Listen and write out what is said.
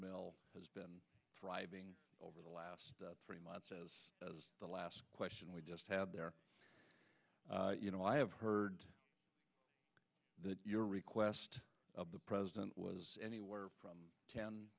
mill has been thriving over the last three months as the last question we just had there you know i have heard that your request of the president was anywhere from ten